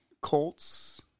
Colts